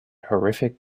horrific